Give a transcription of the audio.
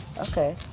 okay